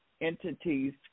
entities